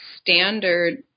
standard